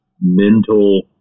mental